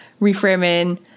reframing